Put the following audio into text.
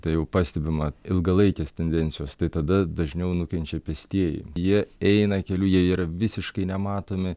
tai jau pastebima ilgalaikės tendencijos tai tada dažniau nukenčia pėstieji jie eina keliu jie yra visiškai nematomi